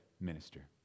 minister